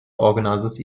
organizes